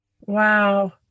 Wow